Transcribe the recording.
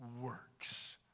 works